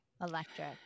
electric